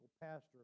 pastor